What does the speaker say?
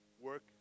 work